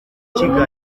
kigali